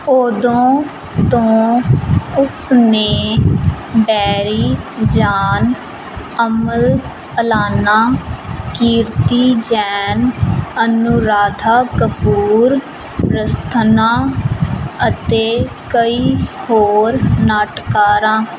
ਉਦੋਂ ਤੋਂ ਉਸ ਨੇ ਬੈਰੀ ਜਾਨ ਅਮਲ ਅਲਾਨਾ ਕੀਰਤੀ ਜੈਨ ਅਨੁਰਾਧਾ ਕਪੂਰ ਪ੍ਰਸਤਨਾ ਅਤੇ ਕਈ ਹੋਰ ਨਾਟਕਾਰਾਂ